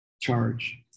charge